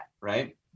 right